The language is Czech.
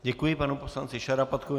Děkuji panu poslanci Šarapatkovi.